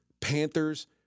Panthers